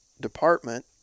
department